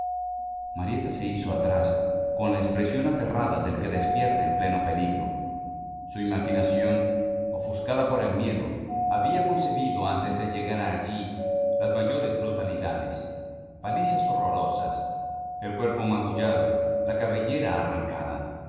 marieta se hizo atrás con la expresión aterrada del que despierta en pleno peligro su imaginación ofuscada por el miedo había concebido antes de llegar allí las mayores brutalidades palizas horrorosas el cuerpo magullado la cabellera arrancada